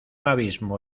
abismo